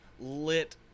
lit